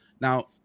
Now